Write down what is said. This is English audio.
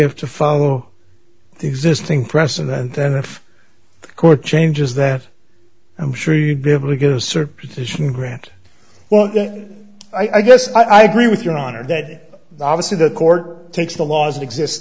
have to follow the existing precedent then if the court changes that i'm sure you'd be able to get a certain position grant well i guess i agree with your honor that obviously the court takes the law as it exist